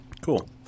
Cool